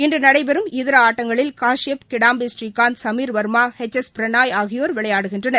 இன்று நடைபெறும் இதர ஆட்டங்களில் கஷ்யப் கிடாம்பி ஸ்ரீகாந்த் சமீர் வர்மா எச் எஸ் பிரணாய் ஆகியோர் விளையாடுகின்றனர்